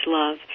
love